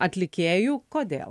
atlikėju kodėl